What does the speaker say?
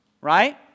Right